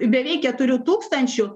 beveik keturių tūkstančių